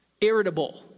irritable